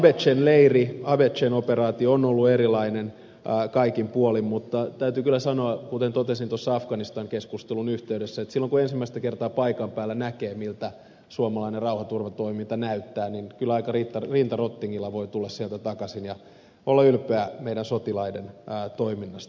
abechen leiri abechen operaatio on ollut erilainen kaikin puolin mutta täytyy kyllä sanoa kuten totesin tuossa afganistan keskustelun yhteydessä että silloin kun ensimmäistä kertaa paikan päällä näkee miltä suomalainen rauhanturvatoiminta näyttää niin kyllä aika rinta rottingilla voi tulla sieltä takaisin ja olla ylpeä meidän sotilaidemme toiminnasta